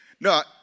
No